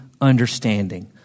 understanding